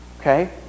Okay